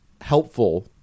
helpful